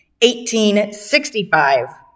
1865